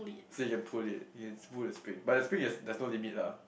so you pull it you can pull the speed but the speed has does not limit lah